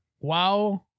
Wow